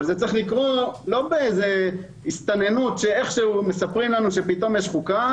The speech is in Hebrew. אבל זה צריך להיות במישרין ולא בהסתננות שמספרים לנו שפתאום יש חוקה.